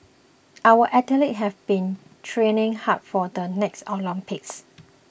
our athletes have been training hard for the next Olympics